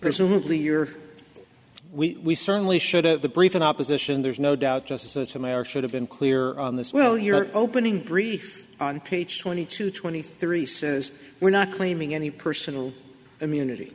presumably you're we certainly should have the brief in opposition there's no doubt justice sotomayor should have been clear on this well your opening brief on page twenty two twenty three says we're not claiming any personal immunity